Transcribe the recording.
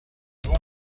vous